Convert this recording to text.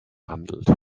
handelt